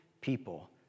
people